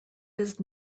does